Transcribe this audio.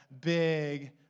big